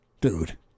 Dude